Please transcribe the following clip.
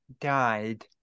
died